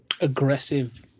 aggressive